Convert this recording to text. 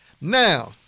Now